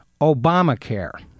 Obamacare